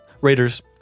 Raiders